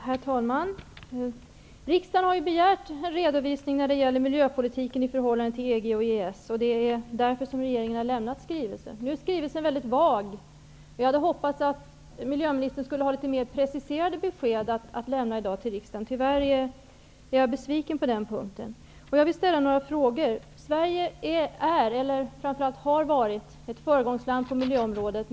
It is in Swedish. Herr talman! Riksdagen har begärt en redovisning när det gäller miljöpolitiken i förhållande till EG och EES. Det är därför som regeringen har överlämnat denna skrivelse. Nu är skrivelsen mycket vag. Jag hade hoppats att miljöministern skulle ha haft litet mer preciserade besked att lämna till riksdagen i dag. Tyvärr är jag besviken på den punkten. Jag vill ställa några frågor. Sverige är, eller har framför allt varit, ett föregångsland på miljöområdet.